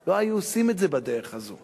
לא היו עושים את זה בדרך הזו.